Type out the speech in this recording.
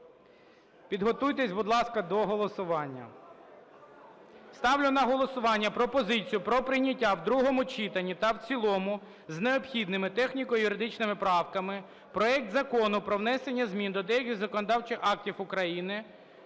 Підготуйтесь, будь ласка, до голосування. Ставлю на голосування пропозицію про прийняття в другому читанні та в цілому з необхідними техніко-юридичними правками проект Закону про внесення змін до деяких законодавчих актів України